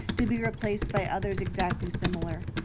to be replaced by others exactly similar.